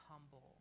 humble